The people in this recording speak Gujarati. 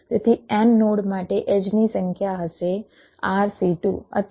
તેથી n નોડ માટે એડ્જની સંખ્યા હશે અથવા